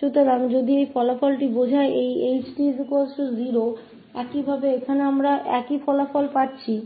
जो वहाँ 𝑑𝑡 स्वाभाविक रूप से किया गया है